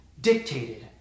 dictated